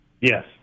Yes